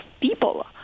people